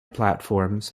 platforms